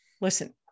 Listen